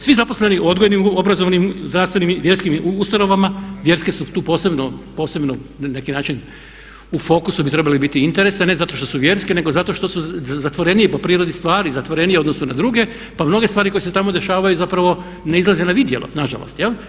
Svi zaposleni u odgojnim, obrazovnim, zdravstvenim i vjerskim ustanovama, vjerske su tu posebno na neki način u fokusu bi trebali biti interese ne zato što su vjerske nego zato što su zatvorenije po prirodi stvari, zatvorenije u odnosu na druge pa mnoge stvari koje se tamo dešavaju zapravo ne izlaze na vidjelo nažalost.